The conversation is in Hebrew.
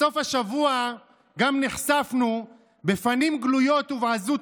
בסוף השבוע גם נחשפנו בפנים גלויות ובעזות